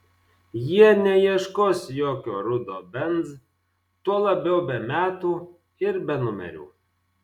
jie neieškos jokio rudo benz tuo labiau be metų ir be numerių